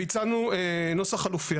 והצענו נוסח חלופי.